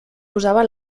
posava